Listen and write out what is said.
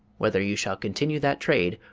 whether you shall continue that trade,